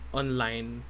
online